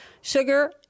Sugar